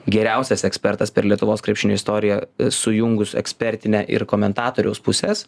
geriausias ekspertas per lietuvos krepšinio istoriją sujungus ekspertinę ir komentatoriaus puses